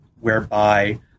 whereby